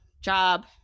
job